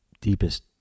deepest